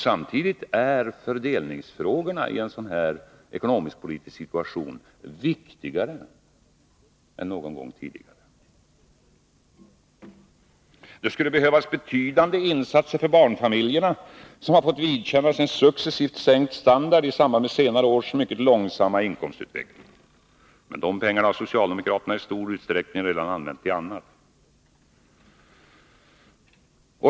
Samtidigt är fördelningsfrågorna i en sådan här ekonomisk politisk situation viktigare än någon gång tidigare. Det skulle behövas betydande insatser för barnfamiljerna, som fått vidkännas en successivt sänkt standard i samband med senare års mycket långsamma inkomstutveckling. Men de pengarna har socialdemokraterna i stor utsträckning redan använt till annat.